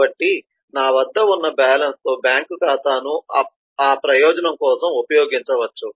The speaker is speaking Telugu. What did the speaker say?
కాబట్టి నా వద్ద ఉన్న బ్యాలెన్స్తో బ్యాంకు ఖాతాను ఆ ప్రయోజనం కోసం ఉపయోగించవచ్చు